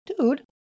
dude